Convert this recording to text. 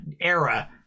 era